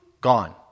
Gone